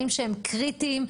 אלה דברים שהם קריטיים,